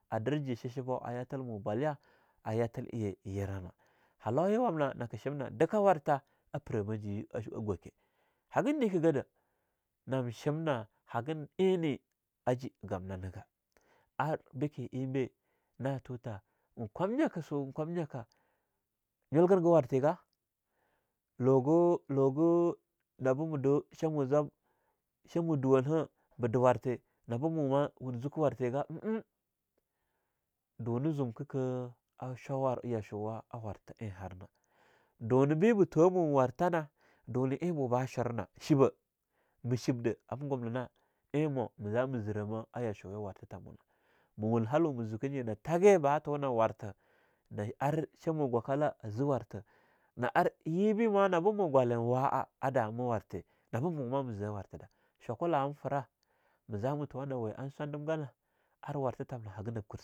A dir ji chichibo a yatil mo bwalya a yatilye yirahna, haloya wamna na ke shimna dike wartha a pirama ji a gwake hagin dike gadah na shimna hagin eini aji gamna niga ar beke natuta ein kwamnyaka su ein kwamnyaka nyulgin ga warthe ga lugu lugu nabu ma du shamu zwab, shamu duwanha ba de wurte nabu muma wun zuke warthe ga, umum duna zumka ka a shwawar yashuwa a wartha eing harna dune be ba thwah mun wartana dune ein bu ba shurna shiba, me shibda am gumnina eing mu zamu zirama a yashuya warta tamu nah. Ma wun halun me zuki nyina tage ba tuna wartade ar shamu gwakala aze wurtha, na ar yi be ma na ba ma gwali eing wa'a a dami wurte, nabu mu ma me zah warta da, shwakula am firah, me zamu tuwa na we an swandimgana ar warta tamna haga nab...